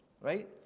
right